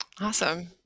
Awesome